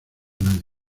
nadie